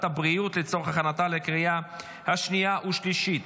הבריאות לצורך הכנתה לקריאה שנייה ושלישית.